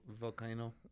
Volcano